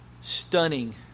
stunning